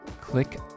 click